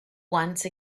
once